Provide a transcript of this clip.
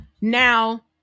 now